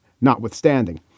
notwithstanding